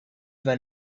when